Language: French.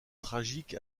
tragique